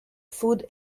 food